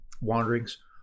wanderings